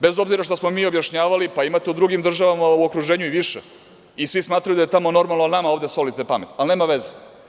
Bez obzira što smo mi objašnjavali da ima u drugim državama u okruženju i više i smatraju da je tamo normalno, a nama ovde solite pamet, ali nema veze.